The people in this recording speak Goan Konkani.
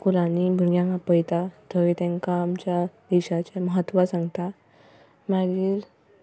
स्कुलांनी भुरग्यांक आपयता थंय तेंकां आमच्या देशाचें म्हत्व सांगता मागीर